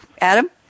Adam